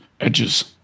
edges